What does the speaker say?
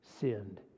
sinned